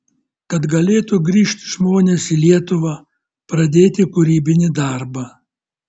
kad galėtų grįžt žmonės į lietuvą pradėti kūrybinį darbą